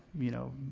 you know